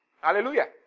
Hallelujah